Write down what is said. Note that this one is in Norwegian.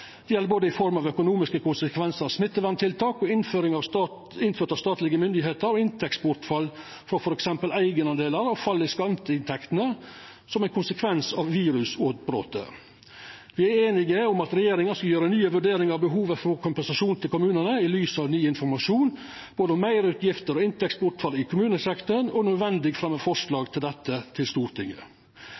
Det gjeld både i form av økonomiske konsekvensar av smitteverntiltak innført av statlege myndigheiter og inntektsbortfall frå f.eks. eigendelar og fallet i skatteinntektene som ein konsekvens av virusutbrotet. Me er einige om at regjeringa skal gjera nye vurderingar av behovet for kompensasjon til kommunane i lys av ny informasjon om både meirutgifter og inntektsbortfall i kommunesektoren, og om nødvendig fremja forslag om dette til Stortinget.